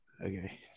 Okay